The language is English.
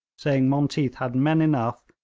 saying monteath had men enough,